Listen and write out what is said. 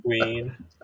Queen